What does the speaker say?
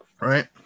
Right